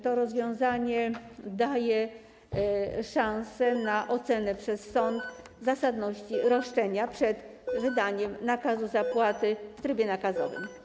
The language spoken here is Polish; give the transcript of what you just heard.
To rozwiązanie daje szansę na ocenę przez sąd zasadności roszczenia przed wydaniem nakazu zapłaty w trybie nakazowym.